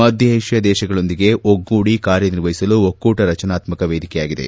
ಮಧ್ಯ ಏಷ್ಯಾ ದೇಶಗಳೊಂದಿಗೆ ಒಗ್ಗೂಡಿ ಕಾರ್ಯನಿರ್ವಹಿಸಲು ಒಕ್ಕೂಟ ರಚನಾತ್ಕಕ ವೇದಿಕೆಯಾಗಿದೆ